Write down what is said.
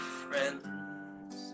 friends